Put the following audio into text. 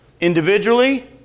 individually